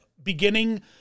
beginning